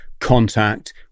Contact